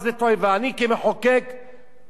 קטונתי מלקבוע, אבל צריך,